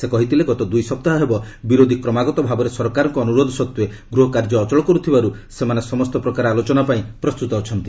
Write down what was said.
ସେ କହିଥିଲେ ଗତ ଦୁଇ ସପ୍ତାହ ହେବ ବିରୋଧୀ କ୍ରମାଗତ ଭାବରେ ସରକାରଙ୍କ ଅନୁରୋଧ ସତ୍ତ୍ୱେ ଗୃହ କାର୍ଯ୍ୟ ଅଚଳ କରୁଥିବାରୁ ସେମାନେ ସମସ୍ତ ପ୍ରକାର ଆଲୋଚନା ପାଇଁ ପ୍ରସ୍ତୁତ ଅଛନ୍ତି